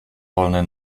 wolny